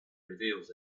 reveals